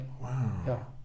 Wow